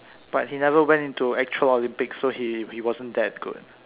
but he never went into actual Olympics so he he wasn't that good